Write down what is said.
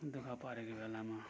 दुःख परेको बेलामा